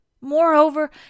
Moreover